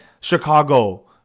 Chicago